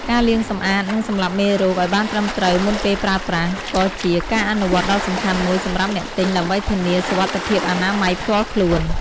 ការលាងសម្អាត និងសម្លាប់មេរោគឱ្យបានត្រឹមត្រូវមុនពេលប្រើប្រាស់ ក៏ជាការអនុវត្តន៍ដ៏សំខាន់មួយសម្រាប់អ្នកទិញដើម្បីធានាសុវត្ថិភាពអនាម័យផ្ទាល់ខ្លួន។